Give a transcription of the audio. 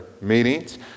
meetings